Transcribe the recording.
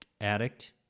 addict